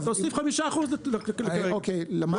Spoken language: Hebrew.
תוסיף 5%. אוקיי, למדתי את זה היום.